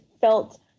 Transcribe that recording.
felt